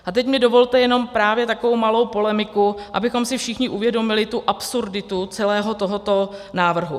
A teď mi dovolte jenom právě takovou malou polemiku, abychom si všichni uvědomili tu absurditu celého tohoto návrhu.